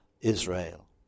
Israel